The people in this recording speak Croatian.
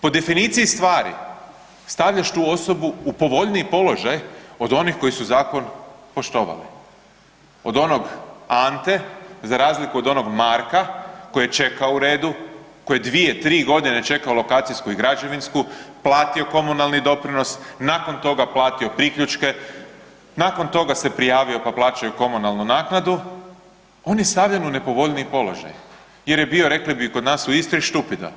Po definiciji stvari stavljaš tu osobu u povoljniji položaj od onih koji su zakon poštovali, od onog Ante za razliku od onog Marka koji čeka u redu koji dvije, tri godine čeka lokacijsku i građevinsku, platio komunalni doprinos, nakon toga platio priključke, nakon toga se prijavio pa plaća i komunalnu naknadu on je stavljen u nepovoljniji položaj jer je bio rekli bi kod nas u Istri štupido.